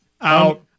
Out